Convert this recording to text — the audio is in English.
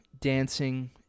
dancing